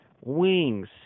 wings